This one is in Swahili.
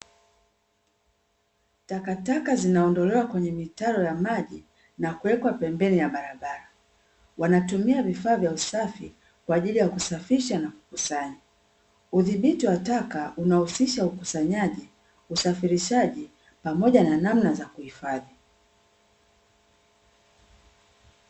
Takataka zinaondolewa kwenye mitaro ya maji na kuwekwa pembeni ya barabara, wanatumia vifaa vya usafi kwaajili ya kusafisha na kukusanya. Udhibiti wa taka zinahusisha ukusanyaji, usafirishaji, pamoja na namna za kuhifadhi.